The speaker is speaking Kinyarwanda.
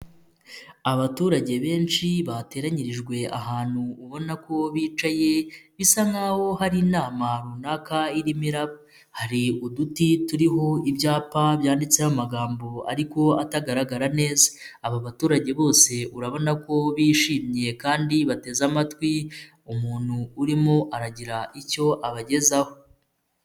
Abaturage benshi bateranyirijwe ahantu ubona ko bicaye bisa nk'aho hari inama runaka irimo iraba, hari uduti turiho ibyapa byanditseho amagambo ariko atagaragara neza. Aba baturage bose urabona ko bishimye kandi bateze amatwi, umuntu urimo aragira icyo abagezaho.